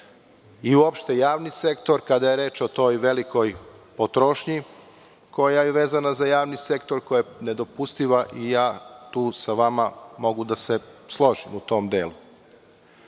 i uopšte javni sektor, kada je reč o toj velikoj potrošnji koja je vezana za javni sektor, koja je nedopustiva i ja tu sa vama mogu da se složim, u tom delu. Vi